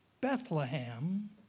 Bethlehem